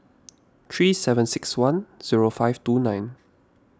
three seven six one zero five two nine